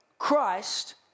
Christ